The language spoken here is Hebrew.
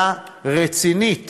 לתקלה רצינית